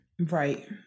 Right